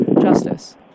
justice